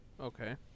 Okay